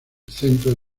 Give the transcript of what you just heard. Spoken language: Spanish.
centro